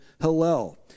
Hillel